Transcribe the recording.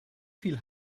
viel